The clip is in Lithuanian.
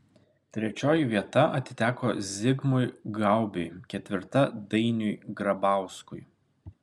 trečioji vieta atiteko zigmui gaubiui ketvirta dainiui grabauskui